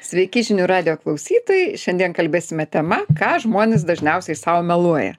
sveiki žinių radijo klausytojai šiandien kalbėsime tema ką žmonės dažniausiai sau meluoja